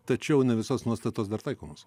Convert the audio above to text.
tačiau ne visos nuostatos dar taikomos